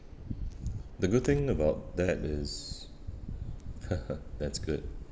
the good thing about that is that's good